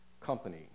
company